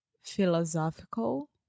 philosophical